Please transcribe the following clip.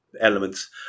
Elements